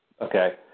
Okay